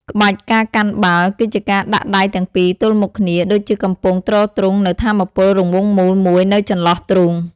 ក្បាច់ ការកាន់បាល់ គឺជាការដាក់ដៃទាំងពីរទល់មុខគ្នាដូចជាកំពុងទ្រទ្រង់នូវថាមពលរង្វង់មូលមួយនៅចន្លោះទ្រូង។